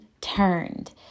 turned